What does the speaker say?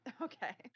Okay